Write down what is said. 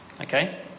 Okay